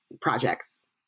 projects